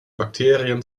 bakterien